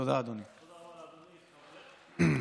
תודה, אדוני.